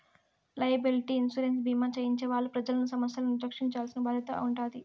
liability insurance భీమా చేయించే వాళ్ళు ప్రజలను సమస్యల నుండి రక్షించాల్సిన బాధ్యత ఉంటాది